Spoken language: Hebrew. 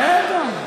הייתי אתך.